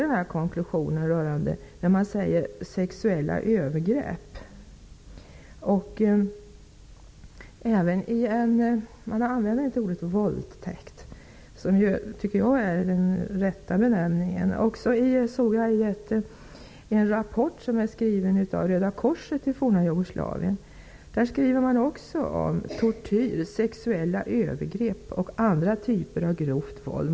Men det talas där om ''sexuella övergrepp'', och man använder alltså inte ordet våldtäkt, som jag menar är den rätta benämningen i det här sammanhanget. Jugoslavien talar man också om ''tortyr, sexuella övergrepp och andra typer av grovt våld''.